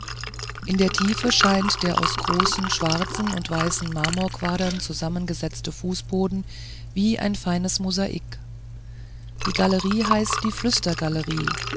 in der tiefe scheint der aus großen schwarzen und weißen marmorquadern zusammengesetzte fußboden wie feines mosaik die galerie heißt die